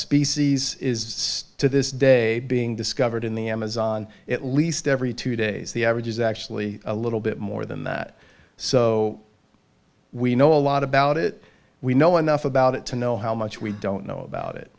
species is to this day being discovered in the amazon at least every two days the average is actually a little bit more than that so we know a lot about it we know enough about it to know how much we don't know about it